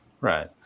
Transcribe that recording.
Right